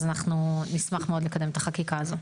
אז אנחנו נשמח מאוד לקדם את החקיקה הזו.